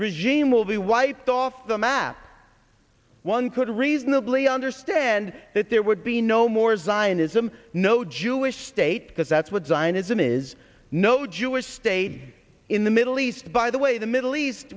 regime will be wiped off the map one could reasonably understand that there would be no more zionism no jewish state that that's what zionism is no jewish state in the middle east by the way the middle east